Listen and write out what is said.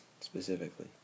specifically